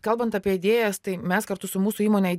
kalbant apie idėjas tai mes kartu su mūsų įmone